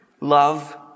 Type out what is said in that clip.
love